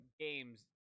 games